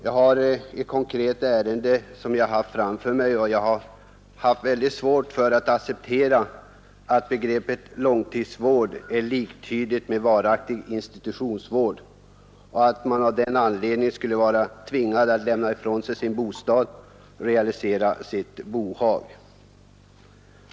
Jag har här framför mig ett konkret ärende som aktualiserat frågan, och jag har haft mycket svårt att acceptera att långtidsvård är liktydig med varaktig institutionsvård och att man av den anledningen skulle vara tvingad att lämna ifrån sig sin bostad och realisera sitt bohag.